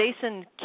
Jason